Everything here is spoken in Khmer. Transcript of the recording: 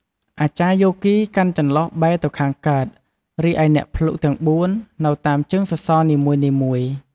អាចារ្យយោគីកាន់ចន្លុះបែរទៅខាងកើត រីឯអ្នកភ្លុកទាំងបួននៅតាមជើងសសរនីមួយៗ។